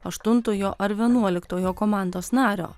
aštuntojo ar vienuoliktojo komandos nario